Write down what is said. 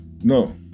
No